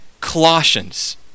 Colossians